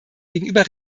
gegenüber